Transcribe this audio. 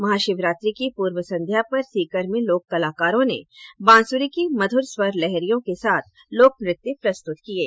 महाशिवरात्रि की पूर्व संध्या पर सीकर में लोक कलाकारों ने बांसुरी की मधुर स्वर लहरियों के साथ लोक नृत्य प्रस्तुत किये